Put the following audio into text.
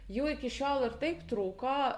jų iki šiol ir taip trūko